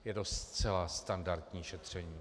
Je to zcela standardní šetření.